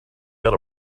got